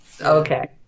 okay